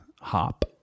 Hop